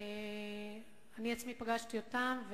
אני עצמי פגשתי אותם,